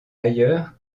ailleurs